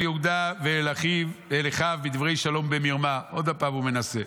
יהודה ואל אחיו בדברי שלום במרמה" עוד הפעם הוא מנסה,